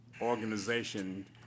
organization